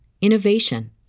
innovation